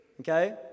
Okay